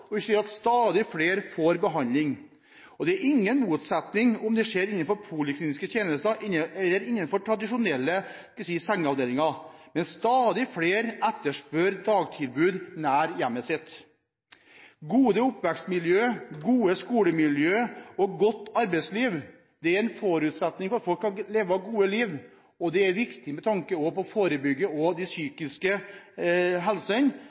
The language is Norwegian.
og vi ser at stadig flere får behandling. Det er ingen motsetning – det skjer innenfor polikliniske tjenester og innenfor tradisjonelle – hva skal vi si – sengeavdelinger. Men stadig flere etterspør dagtilbud nær hjemmet sitt. Gode oppvekstmiljø, gode skolemiljø og godt arbeidsliv er en forutsetning for at folk kan leve gode liv, og det er også viktig med tanke på forebygging, den psykiske helsen og på